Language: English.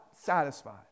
satisfied